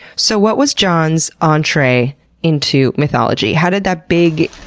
so what was john's entree into mythology? how did that big,